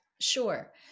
Sure